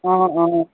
অঁ অঁ